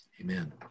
amen